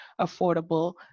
affordable